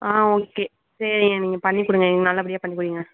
ஆ okay சரிங்க நீங்கள் பண்ணிக் கொடுங்க எங்களுக்கு நல்லபடியாக பண்ணிக் கொடுங்க